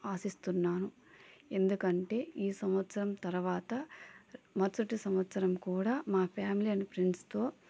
ఆశిస్తున్నాను ఎందుకంటే ఈ సంవత్సరం తరువాత మరుసటి సంవత్సరం కూడా మా ఫ్యామిలీ అండ్ ఫ్రెండ్స్తో